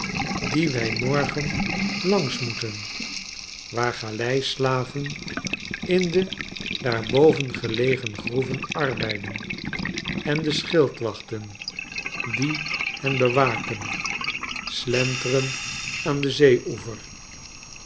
dien wij morgen langs moeten waar galeislaven in de daarboven gelegen groeven arbeiden en de schildwachten die hen be waken slenteren aan den zeeoever